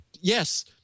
yes